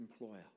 employer